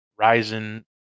Ryzen